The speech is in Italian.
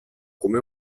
come